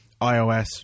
iOS